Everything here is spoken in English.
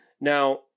Now